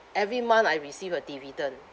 every month I receive a dividend